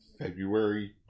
February